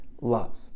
love